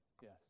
Yes